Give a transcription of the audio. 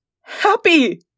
Happy